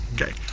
Okay